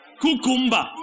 Cucumber